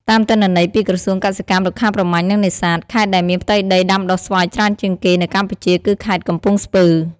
តាមទិន្នន័យពីក្រសួងកសិកម្ម រុក្ខាប្រមាញ់ និងនេសាទ ខេត្តដែលមានផ្ទៃដីដាំដុះស្វាយច្រើនជាងគេនៅកម្ពុជា គឺខេត្តកំពង់ស្ពឺ។